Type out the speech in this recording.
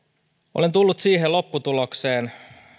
olen tullut siihen lopputulokseen